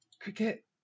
Cricket